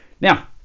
Now